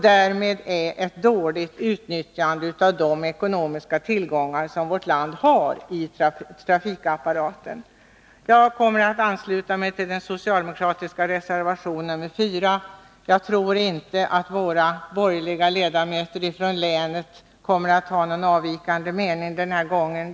Därmed utnyttjar man dåligt de ekonomiska tillgångar som vårt land har i trafikapparaten. Jag kommer att ansluta mig till den socialdemokratiska reservationen 4. Jagtror inte att de borgerliga ledamöterna från vårt län kommer att ha någon avvikande mening denna gång.